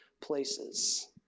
places